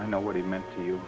i know what he meant to you